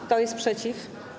Kto jest przeciw?